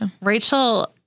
Rachel